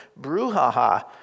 brouhaha